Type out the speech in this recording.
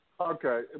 okay